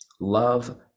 love